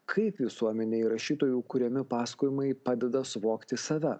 kaip visuomenei rašytojų kuriami pasakojimai padeda suvokti save